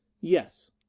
Yes